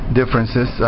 differences